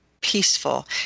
peaceful